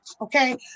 Okay